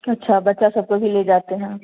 अच्छा बच्चे सबको भी ले जाते हैं